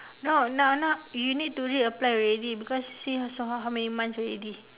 no now now you need to re apply already because see so how how how many months already